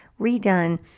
redone